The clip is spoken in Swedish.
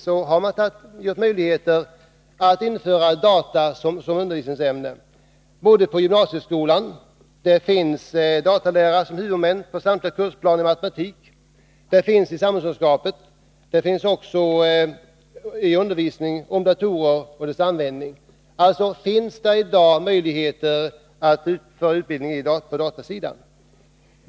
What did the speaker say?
Datalära har införts som undervisningsämne på gymnasieskolan, där ämnet finns med som huvudmoment i samtliga kursplaner i matematik och i kursplanen i samhällskunskap. Undervisning om datorer och i datoranvändning sker dessutom i tekniska ämnen. Det finns alltså i dag möjligheter att genomgå utbildning på datasidan.